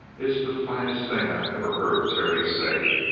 it's the finest thing i've ever heard terry say.